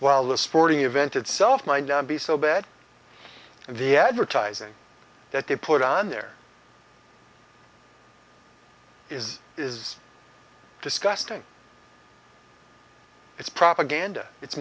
while the sporting event itself might not be so bad the advertising that they put on there is is disgusting it's propaganda it's